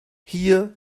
hier